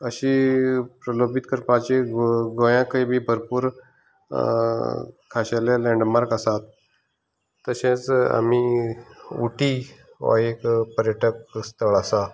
अशी प्रलबीत करपाची गो गोंयांतय बी भरपूर खाशेले लेंन्डमार्क आसात तशेंच आमी उटी हो एक पर्यटक स्थळ आसा